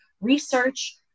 research